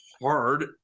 hard